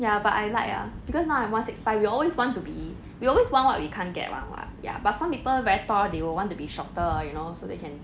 ya but I like ah because now I'm one six five we always want to be we always want what we can't get [one] [what] ya but some people very tall they will want to be shorter you know so they can